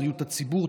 בריאות הציבור,